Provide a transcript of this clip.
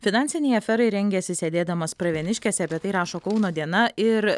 finansinei aferai rengėsi sėdėdamas pravieniškėse apie tai rašo kauno diena ir